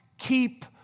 Keep